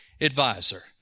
advisor